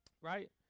Right